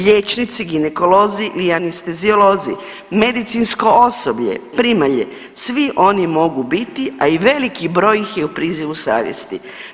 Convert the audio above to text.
Liječnici, ginekolozi i anesteziolozi, medicinsko osoblje, primalje svi oni mogu biti, a i veliki broj ih je u prizivu savjesti.